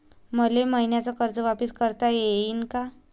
मले मईन्याचं कर्ज वापिस करता येईन का?